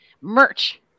merch